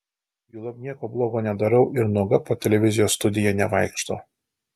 juolab nieko blogo nedarau ir nuoga po televizijos studiją nevaikštau